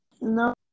no